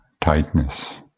tightness